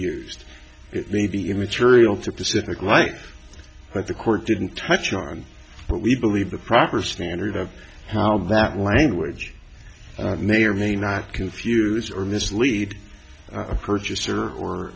used it may be immaterial to pacific life but the court didn't touch on what we believe a proper standard of how that language may or may not confuse or mislead a purchaser or